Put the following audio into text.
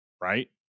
right